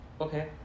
Okay